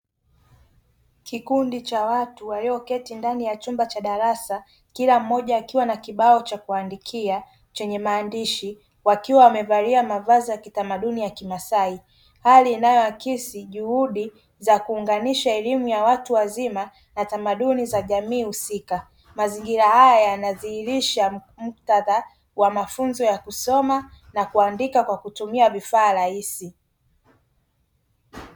Kikundi cha watu walioketi ndani ya chumba cha darasa kila mmoja akiwa na kibao cha kuandikia chenye maandishi wakiwa wamevalia mavazi ya kitamaduni za kimasai. Ikiwa inaakisi juhudi za kuunganisha elimu ya watu wazima na tamaduni za jamii husika. Mazingira haya yanadhihirisha muktadha wa mafunzo ya kusoma na kuandika kwa kutumia vifaa rahisi.